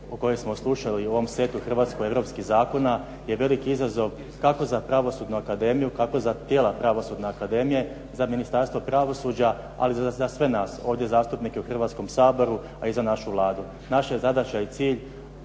o kojoj smo slušali u ovom setu hrvatsko-europskih zakona je veliki izazov kako za pravosudnu akademiju, kako za tijela pravosudne akademije, za Ministarstvo pravosuđa ali i za sve nas ovdje zastupnike u Hrvatskom saboru a i za našu Vladu. Naša je zadaća i cilj